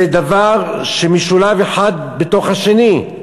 זה דבר אחד שמשולב בתוך השני.